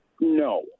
no